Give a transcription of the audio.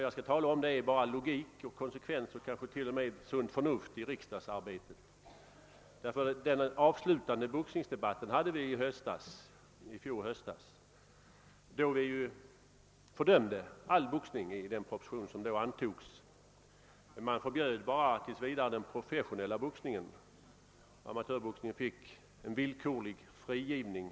Jag skall bara tala om logik och konsekvens och kanske t.o.m. sunt förnuft i riksdagsarbetet. Vi hade i höstas den avslutande boxningsdebatten, då vi med den proposition som då antogs fördömde all boxning. Men därmed förbjöds tills vidare bara den professionella boxningen. Amatörboxningen fick villkorlig frigivning.